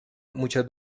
muchas